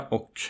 Och